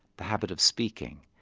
the habit of speaking.